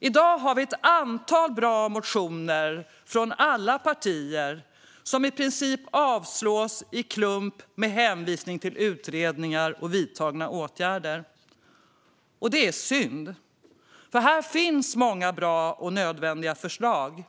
Vi har ett antal bra motioner från alla partier som i princip har avstyrkts i klump med hänvisning till utredningar och vidtagna åtgärder. Det är synd, för här finns många bra och nödvändiga förslag.